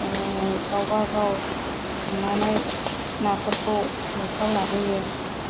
गावबा गाव हमनानै नाफोरखौ न'फ्राव लाबोयो